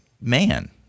man